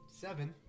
Seven